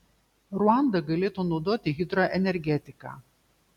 ruanda galėtų naudoti hidroenergetiką